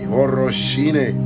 Horoshine